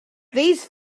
these